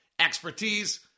expertise